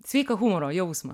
sveiką humoro jausmą